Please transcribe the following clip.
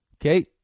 okay